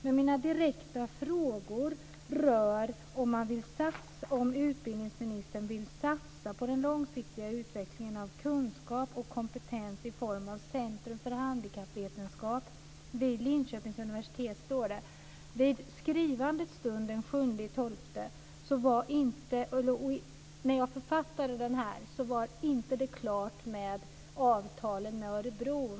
Men mina direkta frågor är om utbildningsministern vill satsa på den långsiktiga utvecklingen av kunskap och kompetens i form av Centrum för handikappvetenskap vid Linköpings universitet. När jag författade interpellationen, den 7 december, var det inte klart med avtalen med Örebro.